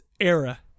era